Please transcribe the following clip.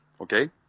Okay